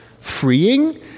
freeing